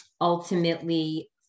ultimately